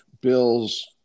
bills